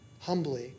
humbly